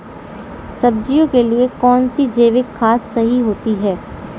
सब्जियों के लिए कौन सी जैविक खाद सही होती है?